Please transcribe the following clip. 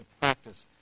practice